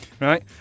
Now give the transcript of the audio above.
right